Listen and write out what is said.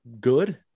good